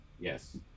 Yes